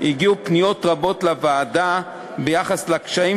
הגיעו פניות רבות לוועדה ביחס לקשיים